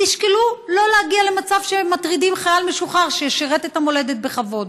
תשקלו שלא להגיע למצב שמטרידים חייל משוחרר ששירת את המולדת בכבוד.